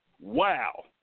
Wow